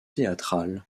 théâtrale